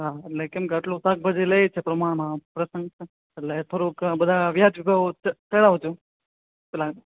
હા એટલે કેમકે આટલું શાકભાજી લઈએ છે તો અમારામાં પ્રસંગ છે એટલે થોડુંક બધાં વ્યાજબી ભાવ જે ચડાવજો પેલાં